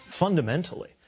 Fundamentally